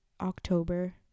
October